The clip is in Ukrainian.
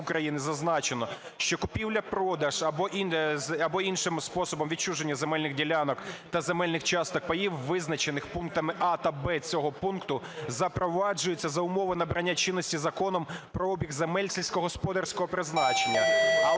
України зазначено, що купівля-продаж або іншим способом відчуження земельних ділянок та земельних часток (паїв), визначених пунктами "а" та "б" цього пункту, запроваджуються за умови набрання чинності Законом про обіг земель сільськогосподарського призначення,